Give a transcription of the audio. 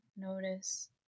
Notice